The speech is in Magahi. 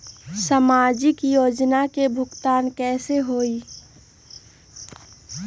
समाजिक योजना के भुगतान कैसे होई?